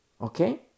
Okay